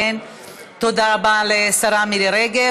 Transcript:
תודה רבה לשרה מירי רגב.